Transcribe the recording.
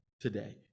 today